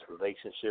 relationship